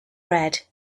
red